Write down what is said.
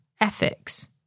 ethics